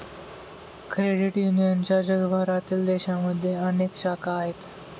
credit युनियनच्या जगभरातील देशांमध्ये अनेक शाखा आहेत